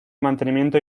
mantenimiento